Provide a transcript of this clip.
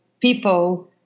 people